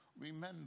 Remember